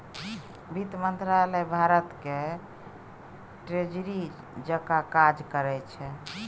बित्त मंत्रालय भारतक ट्रेजरी जकाँ काज करै छै